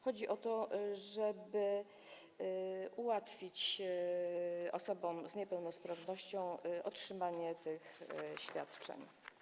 Chodzi o to, żeby ułatwić osobom z niepełnosprawnością otrzymanie tych świadczeń.